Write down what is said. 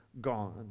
gone